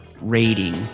rating